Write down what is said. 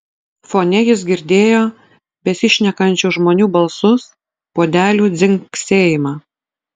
fone jis girdėjo besišnekančių žmonių balsus puodelių dzingsėjimą